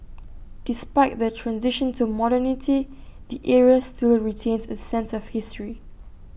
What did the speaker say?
despite the transition to modernity the area still retains A sense of history